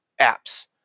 apps